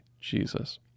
Jesus